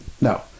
No